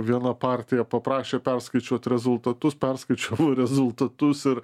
viena partija paprašė perskaičiuot rezultatus perskaičiavo rezultatus ir